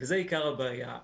וזה עיקר הבעיה.